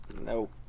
Nope